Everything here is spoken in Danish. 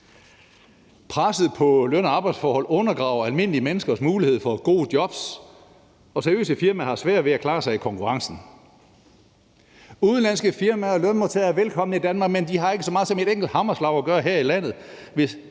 Presset på løn- og arbejdsforhold undergraver almindelige menneskers mulighed for gode jobs, og seriøse firmaer har sværere ved at klare sig i konkurrencen. Udenlandske firmaer og lønmodtagere er velkomne i Danmark, men de har ikke så meget som et enkelt hammerslag at gøre her i landet,